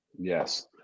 Yes